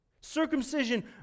Circumcision